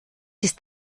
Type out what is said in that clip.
ist